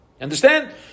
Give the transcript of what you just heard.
Understand